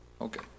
Okay